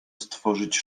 stworzyć